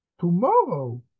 tomorrow